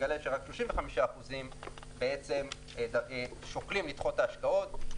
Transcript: מגלה שרק 35% שוקלים לדחות את ההשקעות,